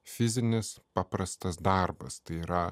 fizinis paprastas darbas tai yra